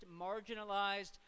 marginalized